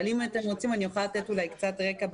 אבל אם אתם רוצים, אני יכולה לתת קצת רקע.